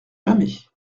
jamais